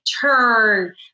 turn